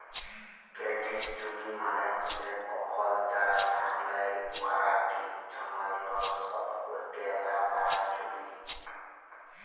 credit ঝুঁকি মালে হছে কখল যারা ধার লেয় উয়ারা ঠিক ছময় লল শধ ক্যইরতে লা পারার ঝুঁকি